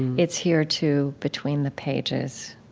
it's here too between the pages.